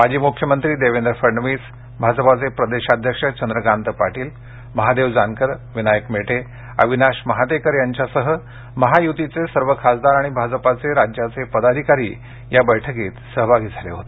माजी मुख्यमंत्री देवेंद्र फडणवीस भाजपाचे प्रदेशाध्यक्ष चंद्रकांत पाटील महादेव जानकर विनायक मेटे अविनाश महातेकर यांच्यासह महायुतीचे सर्व खासदार आणि भाजपाचे राज्याचे पदाधिकारी या ऑनलाईन बैठकीत सहभागी झाले होते